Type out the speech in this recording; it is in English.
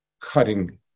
cutting